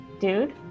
Dude